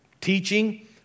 teaching